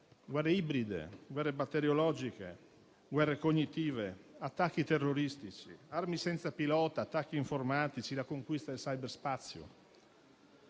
guerre ibride, guerre batteriologiche, guerre cognitive, attacchi terroristici, armi senza pilota, attacchi informatici, la conquista del cyberspazio.